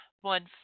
one